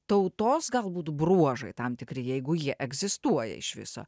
tautos galbūt bruožai tam tikri jeigu jie egzistuoja iš viso